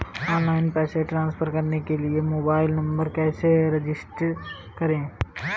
Online पैसे transfer करने के लिए मोबाइल नंबर कैसे रजिस्टर करें?